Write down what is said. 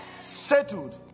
Settled